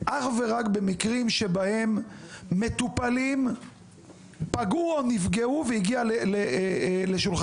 אך ורק במקרים שבהם מטופלים פגעו או נפגעו והגיע לשולחנכם.